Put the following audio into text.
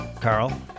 Carl